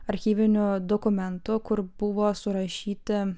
archyvinių dokumentų kur buvo surašyti